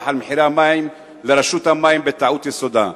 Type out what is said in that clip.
על מחירי המים לרשות המים בטעות יסודה.